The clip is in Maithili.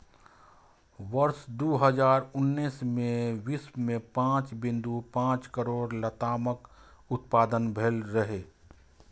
वर्ष दू हजार उन्नैस मे विश्व मे पांच बिंदु पांच करोड़ लतामक उत्पादन भेल रहै